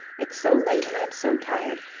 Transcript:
it's so late and i'm so tired.